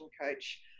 coach